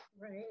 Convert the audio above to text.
Right